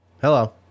Hello